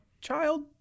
child